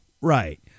Right